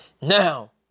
Now